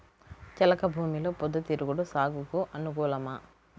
చెలక భూమిలో పొద్దు తిరుగుడు సాగుకు అనుకూలమా?